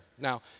Now